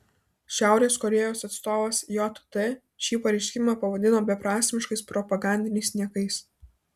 šiaurės korėjos atstovas jt šį pareiškimą pavadino beprasmiškais propagandiniais niekais